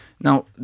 Now